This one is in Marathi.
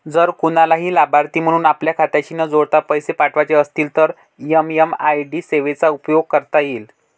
जर कुणालाही लाभार्थी म्हणून आपल्या खात्याशी न जोडता पैसे पाठवायचे असतील तर एम.एम.आय.डी सेवेचा उपयोग करता येईल